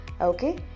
okay